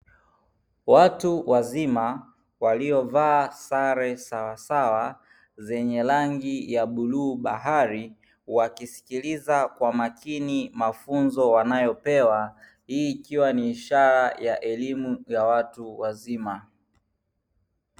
Watu wazima waliovaa sare sawa sawa zenye ranhi ya bluu bahari wakisikiliza kwa makini mafunzo wanayopewa, hii ikiwa ni ishara ya elimu ya watu wazima.